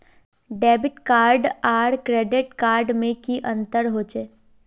Debit card आर credit card में की अंतर होचे?